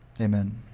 Amen